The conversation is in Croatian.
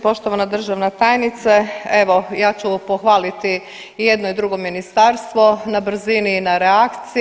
Poštovana državna tajnice, evo ja ću pohvaliti i jedno i drugo ministarstvo na brzini i na reakciji.